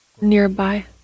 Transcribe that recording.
nearby